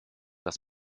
das